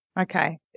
okay